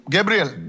Gabriel